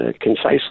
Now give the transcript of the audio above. Concisely